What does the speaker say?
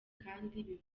kandi